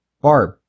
Barb